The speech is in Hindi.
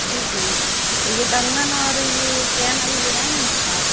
ठीक है ना तो यह कंगन और ये चेन अभी ले जायेंगी आप